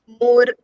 more